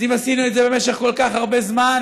אז אם עשינו את זה במשך כל כך הרבה זמן,